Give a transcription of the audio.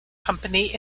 company